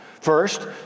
First